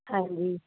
ਹਾਂਜੀ